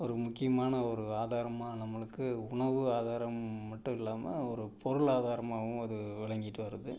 ஒரு முக்கியமான ஒரு ஆதாரமாக நம்மளுக்கு உணவு ஆதாரம் மட்டும் இல்லாமல் ஒரு பொருளாதாரமாகவும் அது விளங்கிட்டு வருது